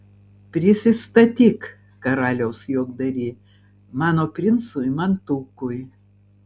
prisistatyk karaliaus juokdary mano princui mantukui